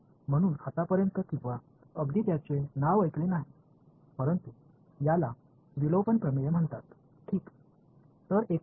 எனவே இதுவரை பெயரைக் கேட்டது கூட கேட்டது இல்லை ஆனால் இது ஈஸ்ட்டிங்க்ஷன் தேற்றம் என்று அழைக்கப்படுகிறது